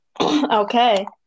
Okay